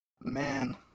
Man